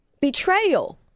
Betrayal